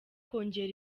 kongera